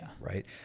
right